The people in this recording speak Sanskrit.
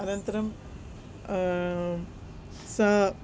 अनन्तरं सा